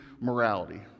morality